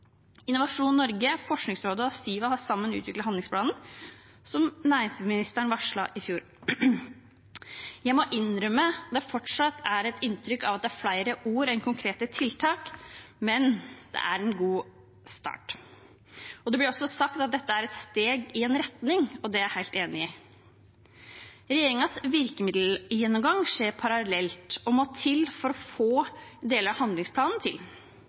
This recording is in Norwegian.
Innovasjon Norge, Forskningsrådet og Siva har sammen utviklet handlingsplanen som næringsministeren varslet i fjor. Jeg må innrømme at det fortsatt er et inntrykk at det er flere ord enn konkrete tiltak, men det er en god start. Det blir også sagt at dette er et steg i en retning, og det er jeg helt enig i. Regjeringens virkemiddelgjennomgang skjer parallelt og må til for å få deler av handlingsplanen til.